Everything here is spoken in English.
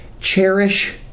cherish